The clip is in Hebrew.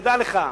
תדע לך,